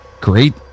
Great